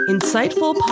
Insightful